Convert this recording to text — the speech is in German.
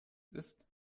ist